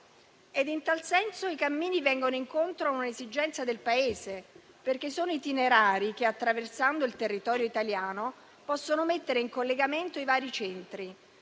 In tal senso, i cammini vengono incontro a un'esigenza del Paese, perché sono itinerari che, attraversando il territorio italiano, possono mettere in collegamento i vari centri,